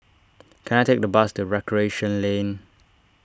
can I take a bus to Recreation Lane